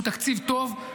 הוא תקציב טוב,